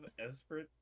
Esprit